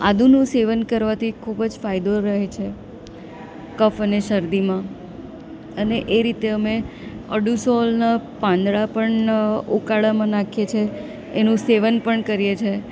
આદુંનું સેવન કરવાથી ખૂબ જ ફાયદો રહે છે કફ અને શરદીમાં અને એ રીતે અમે અડુંસોલના પાંદડા પણ ઉકાળામાં નાંખીએ છે એનું સેવન પણ કરીએ છીએ